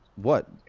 what,